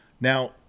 now